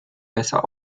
besser